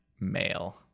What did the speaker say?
male